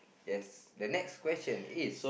yes the next question is